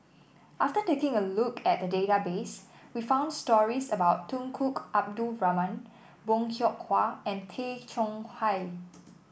after taking a look at the database we found stories about Tunku Abdul Rahman Bong Hiong Hwa and Tay Chong Hai